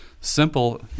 Simple